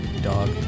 Dog